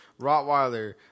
Rottweiler